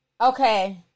Okay